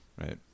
Right